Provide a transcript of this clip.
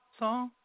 song